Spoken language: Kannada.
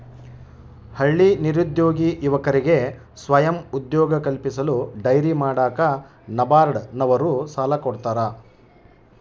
ಹಳ್ಳಿ ನಿರುದ್ಯೋಗಿ ಯುವಕರಿಗೆ ಸ್ವಯಂ ಉದ್ಯೋಗ ಕಲ್ಪಿಸಲು ಡೈರಿ ಮಾಡಾಕ ನಬಾರ್ಡ ನವರು ಸಾಲ ಕೊಡ್ತಾರ